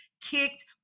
kicked